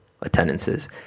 attendances